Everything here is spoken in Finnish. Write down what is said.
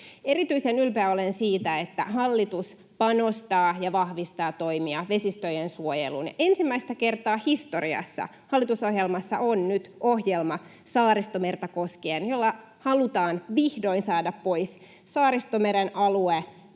Erityisen ylpeä olen siitä, että hallitus panostaa ja vahvistaa toimia vesistöjen suojeluun. Ensimmäistä kertaa historiassa hallitusohjelmassa on nyt Saaristomerta koskien ohjelma, jolla halutaan vihdoin saada Saaristomeren alue